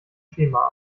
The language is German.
schema